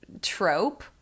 trope